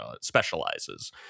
specializes